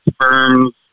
firms